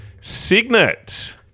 Signet